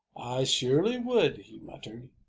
surely would! he muttered.